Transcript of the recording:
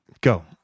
Go